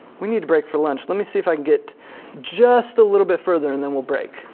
we need a break for lunch, let me see if i can get just a little bit further and then we'll break.